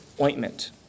ointment